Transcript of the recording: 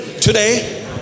Today